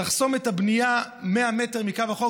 לחסום את הבנייה 100 מטר מקו החוף,